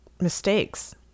mistakes